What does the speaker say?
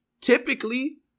Typically